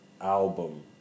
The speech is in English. album